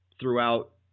throughout